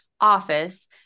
office